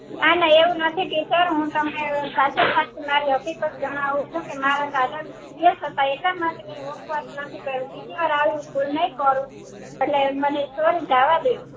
ના ના એવું નથી ટીચર હું તમને સાચે સાચી મારી હકીકત જાણવું છું કે મારા દાદા સીરિયસ હતા એટલા માટે મેં હોમવર્ક નથી કર્યું બીજી વાર આવી ભૂલ નહીં કરું એટલે મને સોરી જવા દો